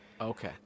Okay